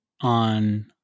on